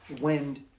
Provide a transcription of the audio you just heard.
wind